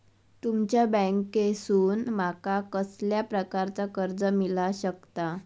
तुमच्या बँकेसून माका कसल्या प्रकारचा कर्ज मिला शकता?